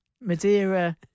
Madeira